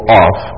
off